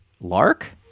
Lark